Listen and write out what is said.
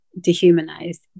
dehumanized